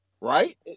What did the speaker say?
right